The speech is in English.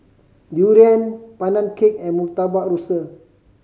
durian Pandan Cake and Murtabak Rusa